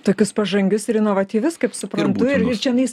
tokius pažangius ir inovatyvius kaip suprantu ir ir čionais